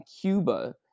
Cuba